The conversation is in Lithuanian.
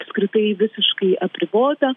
apskritai visiškai apribota